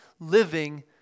Living